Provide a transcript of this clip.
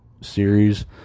series